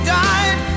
died